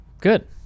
Good